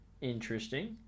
Interesting